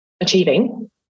achieving